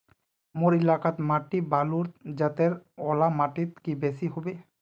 मोर एलाकार माटी बालू जतेर ओ ला माटित की बेसी हबे?